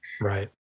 right